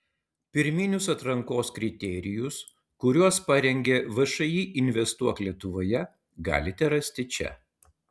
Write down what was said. pirminius atrankos kriterijus kuriuos parengė všį investuok lietuvoje galite rasti čia